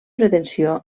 pretensió